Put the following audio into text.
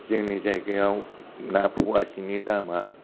जोंनि जायगायाव ना फवासेनि दामा